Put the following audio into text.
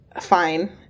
fine